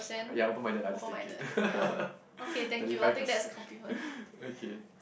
ya open minded lah I just take it thirty five percent okay